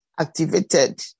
activated